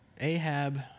Ahab